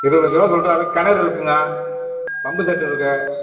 இருபது லட்சரூபா சொல்கிறாரு கிணறு இருக்குங்க பம்பு செட்டு இருக்குது